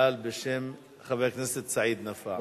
ישאל בשם חבר הכנסת סעיד נפאע.